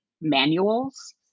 manuals